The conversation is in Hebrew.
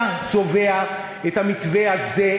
אתה צובע את המתווה הזה,